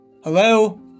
Hello